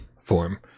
form